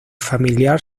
familiar